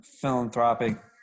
philanthropic